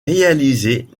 réalisées